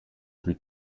plus